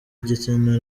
igitsina